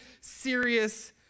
serious